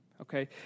okay